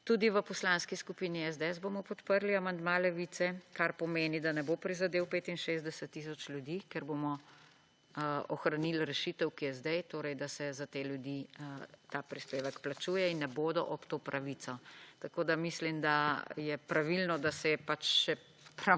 Tudi v Poslanski skupini SDS bomo podprli amandma Levice, kar pomeni, da ne bo prizadel 65 tisoč ljudi, ker bomo ohranili rešitev, ki je sedaj torej, da se za te ljudi ta prispevek plačuje in ne bodo ob to pravico. Mislim, da je pravilno, da se je pač še